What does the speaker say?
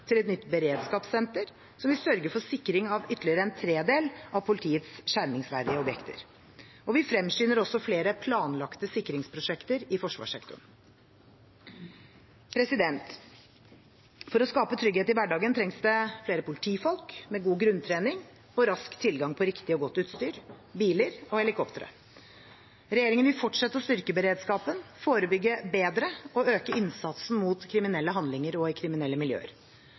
til et nytt beredskapssenter, som vil sørge for sikring av ytterligere en tredel av politiets skjermingsverdige objekter. Vi fremskynder også flere planlagte sikringsprosjekter i forsvarssektoren. For å skape trygghet i hverdagen trengs det flere politifolk med god grunntrening og rask tilgang på riktig og godt utstyr, biler og helikoptre. Regjeringen vil fortsette å styrke beredskapen, forebygge bedre og øke innsatsen mot kriminelle handlinger og kriminelle miljøer.